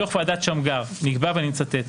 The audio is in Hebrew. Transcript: בדוח ועדת שמגר נקבע, ואני מצטט: